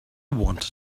wanted